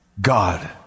God